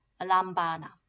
alambana